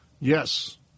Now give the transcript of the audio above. yes